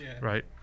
right